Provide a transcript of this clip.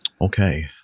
Okay